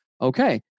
okay